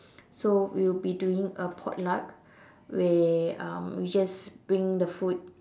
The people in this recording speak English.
so we will be doing a pot luck where um we just bring the food